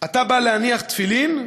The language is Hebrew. "אתה בא להניח תפילין?"